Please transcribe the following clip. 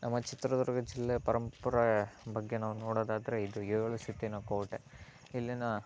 ನಮ್ಮ ಚಿತ್ರದುರ್ಗ ಜಿಲ್ಲೆಯ ಪರಂಪರೆ ಬಗ್ಗೆ ನಾವು ನೋಡೋದಾದರೆ ಇದು ಏಳು ಸುತ್ತಿನ ಕೋಟೆ ಇಲ್ಲಿನ